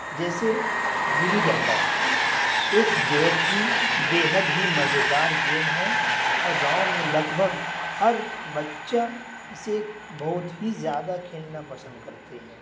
جیسے گلی ڈنڈا ایک بے حد ہی بے حد ہی مزیدار گیم ہے اور گاؤں میں لگ بھگ ہر بچہ اسے بہت ہی زیادہ کھیلنا پسند کرتے ہیں